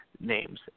names